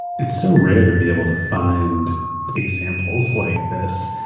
it's so rare to be able to find examples like this.